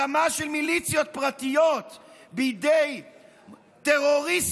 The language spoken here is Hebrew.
הקמה של מיליציות פרטיות בידי טרוריסטים,